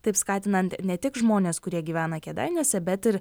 taip skatinant ne tik žmones kurie gyvena kėdainiuose bet ir